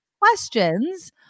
questions